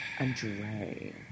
Andre